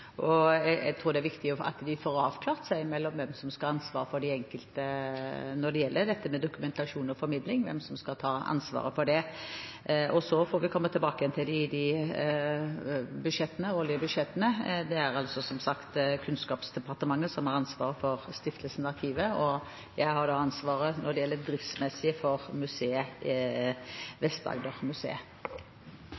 Jeg tror det er viktig at de får avklart seg imellom hvem som skal ha ansvaret for dokumentasjon og formidling. Så får vi komme tilbake til de årlige budsjettene. Det er altså som sagt Kunnskapsdepartementet som har ansvaret for Stiftelsen Arkivet, og jeg har ansvaret for det driftsmessige for